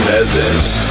Peasants